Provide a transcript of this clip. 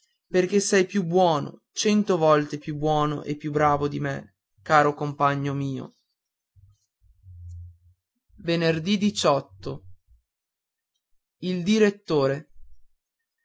perché sei più buono cento volte più buono e più bravo di me caro compagno mio il direttore